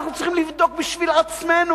אנחנו צריכים לבדוק בשביל עצמנו,